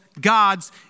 gods